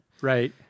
Right